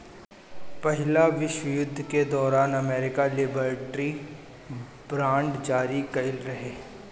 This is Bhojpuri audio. पहिला विश्व युद्ध के दौरान अमेरिका लिबर्टी बांड जारी कईले रहे